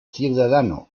ciudadano